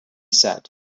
said